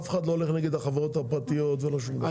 אף אחד לא הולך נגד החברות הפרטיות ולא שום דבר.